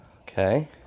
Okay